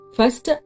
First